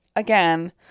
Again